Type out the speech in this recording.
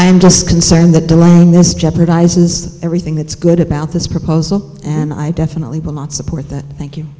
i'm just concerned that the law in this jeopardizes everything that's good about this proposal and i definitely will not support that thank you